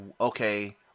okay